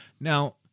Now